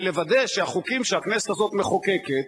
ולוודא שהחוקים שהכנסת הזאת מחוקקת,